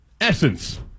essence